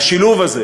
והשילוב הזה,